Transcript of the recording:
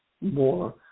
more